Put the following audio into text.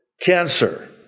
cancer